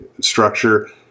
structure